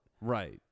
Right